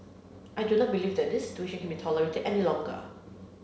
I do not believe that this situation can be tolerated any longer